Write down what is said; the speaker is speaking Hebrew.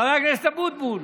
חבר הכנסת אבוטבול,